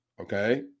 okay